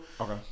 okay